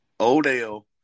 Odell